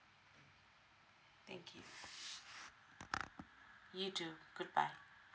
thank you you too goodbye